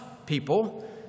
People